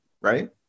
right